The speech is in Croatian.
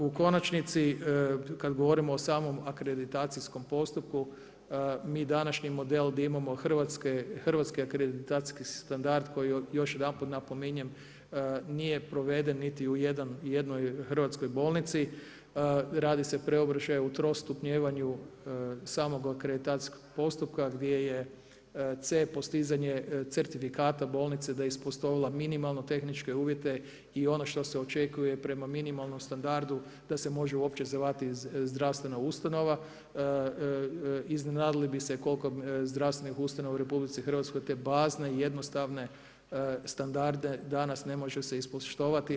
U konačnici kad govorimo o samom akreditacijskom postupku mi današnji model da imamo hrvatski akreditacijski standard koji još jedanput napominjem nije proveden niti u jednoj hrvatskoj bolnici, radi se preobražaj u trostupnjevanju samog akreditacijskog postupka gdje je C postizanje certifikata bolnice da je isposlovala minimalno tehničke uvjete i ono što se očekuje prema minimalnom standardu da se može uopće zvati zdravstvena ustanova iznenadili bi se koliko zdravstvenih ustanova u RH bazne i jednostavne standarde danas ne može se ispoštovati.